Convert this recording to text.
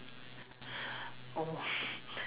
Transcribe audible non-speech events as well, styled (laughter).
oh (laughs)